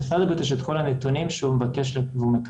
למשרד הבריאות יש את כל הנתונים שהוא מבקש ומקבל.